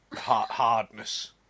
hardness